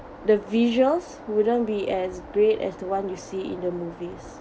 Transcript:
the visuals wouldn't be as great as the one you see in the movies